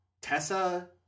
tessa